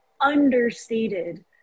understated